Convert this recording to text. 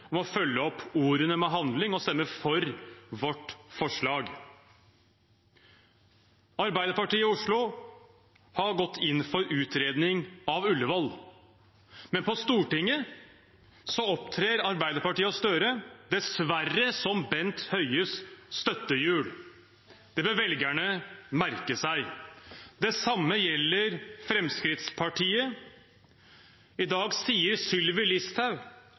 om å følge opp ordene med handling og stemme for vårt forslag. Arbeiderpartiet i Oslo har gått inn for utredning av Ullevål, men på Stortinget opptrer Arbeiderpartiet og Støre dessverre som Bent Høies støttehjul. Det bør velgerne merke seg. Det samme gjelder Fremskrittspartiet. I dag sier Sylvi Listhaug